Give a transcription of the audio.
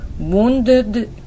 Wounded